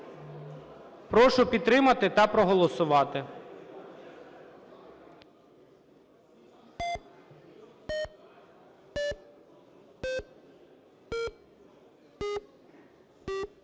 Прошу підтримати та проголосувати.